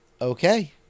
okay